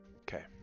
okay